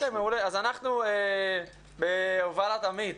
בהובלת עמית,